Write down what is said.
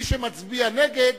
ומי שמצביע נגד,